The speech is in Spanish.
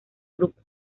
grupo